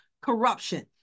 corruption